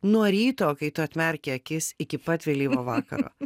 nuo ryto kai tu atmerki akis iki pat vėlyvo vakaro